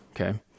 okay